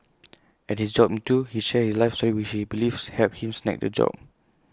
at his job interview he shared his life story which he believes helped him snag the job